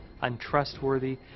untrustworthy